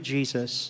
Jesus